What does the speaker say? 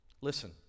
Listen